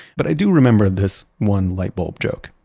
but i do remember this one lightbulb joke.